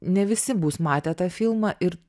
ne visi bus matę tą filmą ir